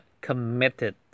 committed